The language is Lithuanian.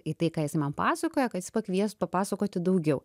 į tai ką jisai man pasakoja kad jis pakvies papasakoti daugiau